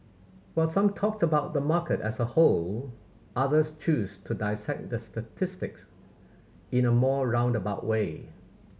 while some talked about the market as a whole others chose to dissect the statistics in a more roundabout way